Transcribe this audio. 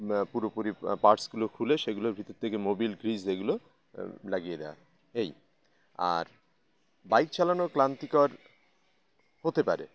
পুরোপুরি পার্টসগুলো খুলে সেগুলোর ভিতর থেকে মোবিল গ্রিস এগুলো লাগিয়ে দেওয়া এই আর বাইক চালানো ক্লান্তিকর হতে পারে